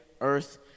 earth